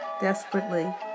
desperately